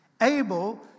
able